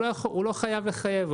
הוא לא חייב לחייב.